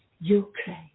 Ukraine